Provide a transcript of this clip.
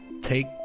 Take